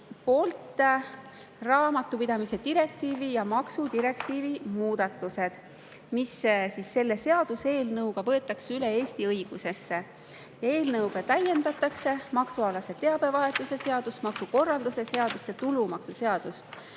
võetud raamatupidamise direktiivi ja maksudirektiivi muudatused, mis selle seaduseelnõuga võetakse üle Eesti õigusesse. Eelnõuga täiendatakse maksualase teabevahetuse seadust, maksukorralduse seadust ja tulumaksuseadust.